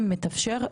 אם מתאפשר,